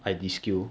ya lah